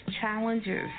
challenges